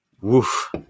woof